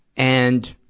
and,